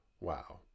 wow